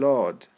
Lord